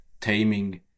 taming